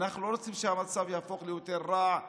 אנחנו לא רוצים שהמצב יהפוך ליותר רע,